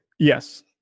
Yes